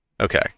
Okay